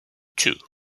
two